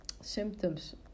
symptoms